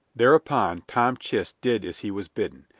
thereupon tom chist did as he was bidden,